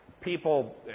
people